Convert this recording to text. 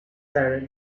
sir